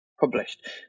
published